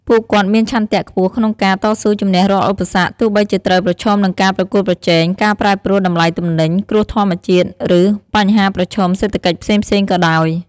ពួកគាត់មានឆន្ទៈខ្ពស់ក្នុងការ តស៊ូជំនះរាល់ឧបសគ្គ ទោះបីជាត្រូវប្រឈមនឹងការប្រកួតប្រជែង ការប្រែប្រួលតម្លៃទំនិញ គ្រោះធម្មជាតិ ឬបញ្ហាប្រឈមសេដ្ឋកិច្ចផ្សេងៗក៏ដោយ។